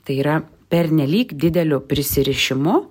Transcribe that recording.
tai yra pernelyg dideliu prisirišimu